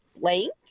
blank